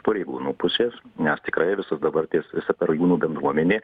pareigūnų pusės nes tikrai visas dabartės visa pareigūnų bendruomenė